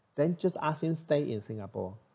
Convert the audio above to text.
then just ask him stay in singapore